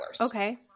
Okay